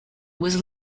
was